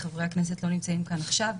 חברי הכנסת לא נמצאים כאן עכשיו,